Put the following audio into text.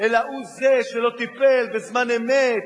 אלא הוא זה שלא טיפל בזמן אמת,